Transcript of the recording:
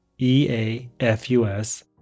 EAFUS